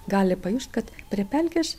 gali pajust kad prie pelkės